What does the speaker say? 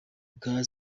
bwa